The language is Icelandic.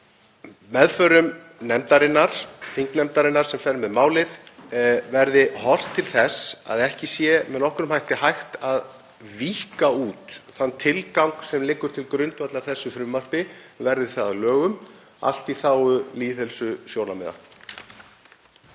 meðförum þingnefndarinnar sem fer með málið verði horft til þess að ekki sé með nokkrum hætti hægt að víkka út þann tilgang sem liggur til grundvallar þessu frumvarpi, verði það að lögum, allt í þágu lýðheilsusjónarmiða.